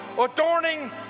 adorning